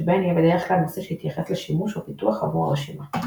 שבהן יהיה בדרך כלל נושא שיתייחס לשימוש או פיתוח עבור הרשימה.